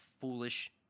foolish